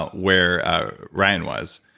where ryan was.